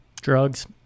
Drugs